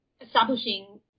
establishing